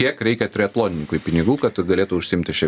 kiek reikia triatlonininkui pinigų kad galėtų užsiimti šia